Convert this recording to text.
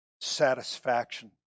satisfaction